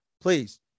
Please